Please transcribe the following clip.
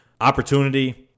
opportunity